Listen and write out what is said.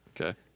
Okay